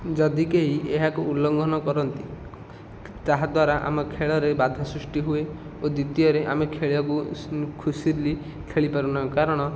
ଯଦି କେହି ଏହାକୁ ଉଲଘଂନ କରନ୍ତି ତାହାଦ୍ୱାରା ଆମ ଖେଳରେ ବାଧା ସୃଷ୍ଟି ହୁଏ ଓ ଦ୍ଵିତୀୟରେ ଆମେ ଖେଳିବାକୁ ଖୁସିଲି ଖେଳି ପାରୁନାହୁଁ କରଣ